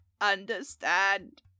Understand